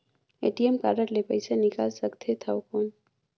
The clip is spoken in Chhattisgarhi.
ए.टी.एम कारड ले पइसा निकाल सकथे थव कौन?